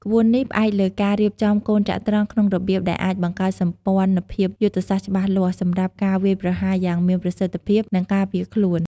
ក្បួននេះផ្អែកលើការរៀបចំកូនចត្រង្គក្នុងរបៀបដែលអាចបង្កើតសម្ព័ន្ធភាពយុទ្ធសាស្ត្រច្បាស់លាស់ សម្រាប់ការវាយប្រហារយ៉ាងមានប្រសិទ្ធភាព និងការពារខ្លួន។